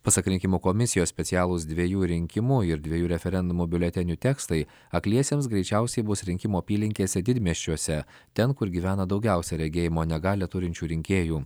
pasak rinkimų komisijos specialūs dvejų rinkimų ir dviejų referendumų biuletenių tekstai akliesiems greičiausiai bus rinkimų apylinkėse didmiesčiuose ten kur gyvena daugiausia regėjimo negalią turinčių rinkėjų